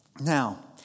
Now